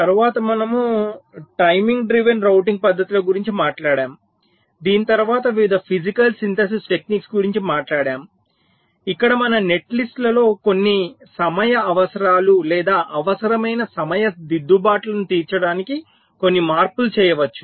తరువాత మనము timing driven routing పద్ధతుల గురించి మాట్లాడాము దీని తరువాత వివిధ ఫిజికల్ సింథేసిస్ టెక్నిక్స్ గురించి మాట్లాడాము ఇక్కడ మన నెట్లిస్టులలో కొన్ని సమయ అవసరాలు లేదా అవసరమైన సమయ దిద్దుబాట్లను తీర్చడానికి కొన్ని మార్పులు చేయవచ్చు